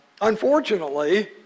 Unfortunately